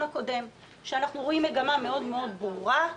הקודם: שאנחנו רואים מגמה מאוד מאוד ברורה,